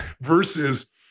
Versus